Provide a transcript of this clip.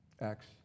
acts